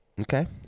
Okay